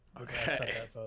Okay